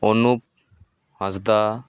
Anup Hansdak